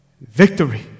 victory